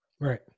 Right